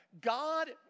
God